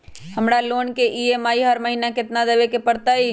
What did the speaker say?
हमरा लोन के ई.एम.आई हर महिना केतना देबे के परतई?